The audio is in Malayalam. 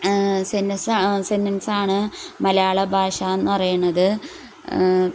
സെൻ്റൻസാണ് മലയാള ഭാഷയെന്നു പറയണത്